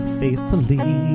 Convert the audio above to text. faithfully